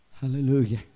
Hallelujah